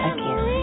Again